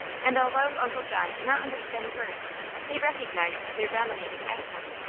and although uncle john did not understand the words he recognized their dominating accent.